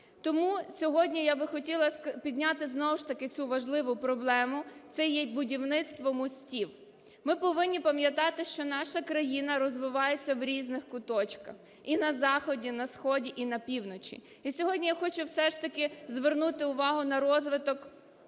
Тому сьогодні я би хотіла підняти знову ж таки цю важливу проблему – це є будівництво мостів. Ми повинні пам'ятати, що наша країна розвивається в різних куточках: і на заході, і на сході, і на півночі. І сьогодні я хочу все ж таки звернути увагу на розвиток саме